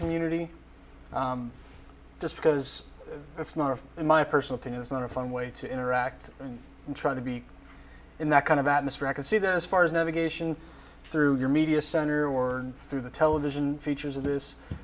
community just because it's not in my personal opinion is not a fun way to interact and try to be in that kind of atmosphere i can see that as far as navigation through your media center worn through the television features of this